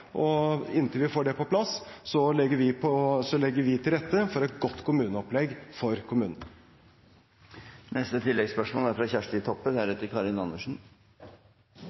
Inntil vi får det på plass, legger vi til rette for et godt kommuneopplegg. Kjersti Toppe – til neste oppfølgingsspørsmål. Ifølge Pasient- og brukarombodets årsmelding er